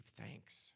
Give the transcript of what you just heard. thanks